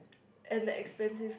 and the expensive